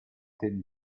temi